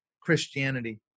Christianity